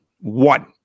One